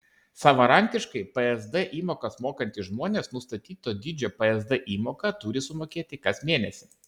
savarankiškai psd įmokas mokantys žmonės nustatyto dydžio psd įmoką turi sumokėti kas mėnesį